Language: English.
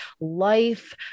life